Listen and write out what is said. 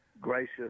gracious